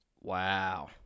Wow